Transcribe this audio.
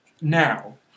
now